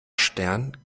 stern